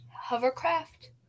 hovercraft